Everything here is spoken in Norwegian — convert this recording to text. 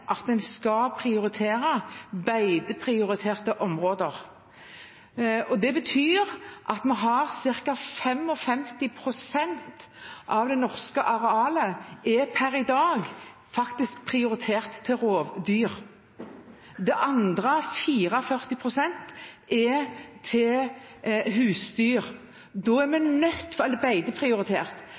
at en skal prioritere beiteprioriterte områder. Det betyr at ca. 55 pst. av det norske arealet per i dag faktisk er prioritert til rovdyr. Det andre, 44 pst., er til husdyr – eller beiteprioritert. Da er vi nødt